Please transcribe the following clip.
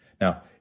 Now